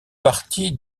partie